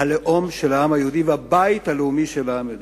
הלאום של העם היהודי והבית הלאומי של העם היהודי.